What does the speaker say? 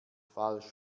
falsch